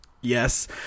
Yes